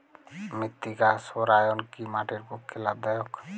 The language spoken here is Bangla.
মৃত্তিকা সৌরায়ন কি মাটির পক্ষে লাভদায়ক?